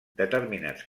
determinats